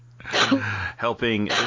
helping